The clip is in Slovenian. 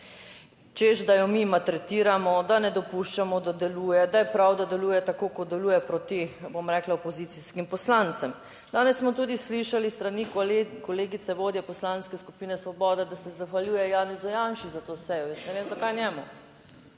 češ, da jo mi maltretiramo, da ne dopuščamo, da deluje, da je prav, da deluje tako kot deluje proti, bom rekla, opozicijskim poslancem. Danes smo tudi slišali s strani kolegice vodje Poslanske skupine Svoboda, da se zahvaljuje Janezu Janši za to sejo. Jaz ne vem zakaj njemu,